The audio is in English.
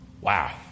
Wow